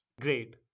Great